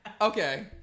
okay